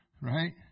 Right